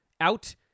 out